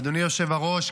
אדוני היושב-ראש,